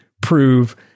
prove